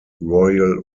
royal